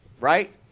right